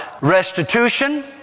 restitution